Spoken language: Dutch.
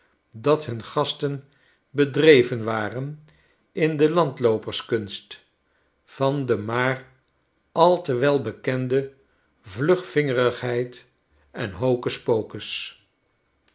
dat hun gasten bedreven waren in de landlooperskunst van de maar al te wel bekende vlugvingerigheid en hocus-pocus